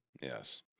Yes